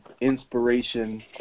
inspiration